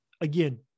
again